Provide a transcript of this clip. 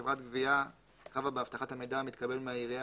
חברת גבייה חבה באבטחת המידע המתקבל מהעירייה